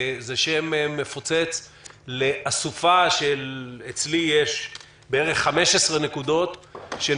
זה שם מפוצץ לאסופה של 15 נקודות שהן